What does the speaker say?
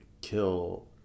kill